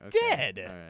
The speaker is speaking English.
dead